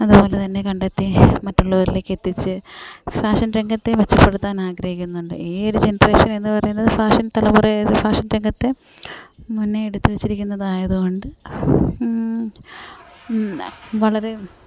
അതുപോലെത്തന്നെ കണ്ടെത്തി മറ്റുള്ളവരിലേക്ക് എത്തിച്ച് ഫാഷന് രംഗത്തെ മെച്ചപ്പെടുത്താൻ ആഗ്രഹിക്കുന്നുണ്ട് ഈയൊരു ജനറേഷൻ എന്ന് പറയുന്നത് ഫാഷന് തലമുറയെ ഫാഷന് രംഗത്തെ മുന്നേ എടുത്ത് വെച്ചിരിക്കുന്നത് ആയത് കൊണ്ട് വളരെ